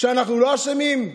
שאנחנו לא אשמים?